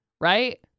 right